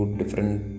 different